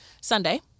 Sunday